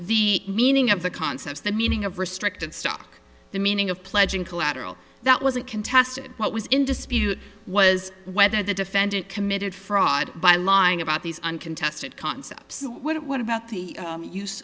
the meaning of the concepts the meaning of restricted stock the meaning of pledging collateral that wasn't contested what was in dispute was whether the defendant committed fraud by lying about these uncontested concepts what about the use